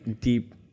deep